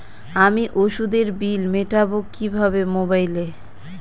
আমি ওষুধের বিল মেটাব কিভাবে মোবাইলে?